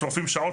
שורפים שעות,